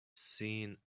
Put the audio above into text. seen